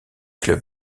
clubs